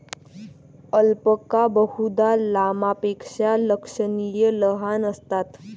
alpaca बहुधा लामापेक्षा लक्षणीय लहान असतात